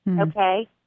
Okay